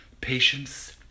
patience